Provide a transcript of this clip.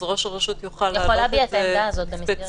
אז ראש הרשות יוכל להעלות את זה ספציפית.